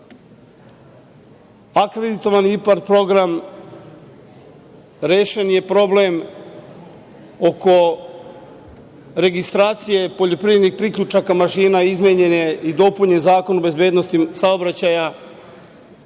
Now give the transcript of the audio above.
Srbije. Akreditovani IPARD program, rešen je problem oko registracije poljoprivrednih priključaka mašina, izmenjen je i dopunjen Zakon o bezbednosti saobraćaja.